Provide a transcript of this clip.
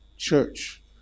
church